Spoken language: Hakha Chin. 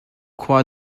khua